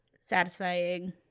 satisfying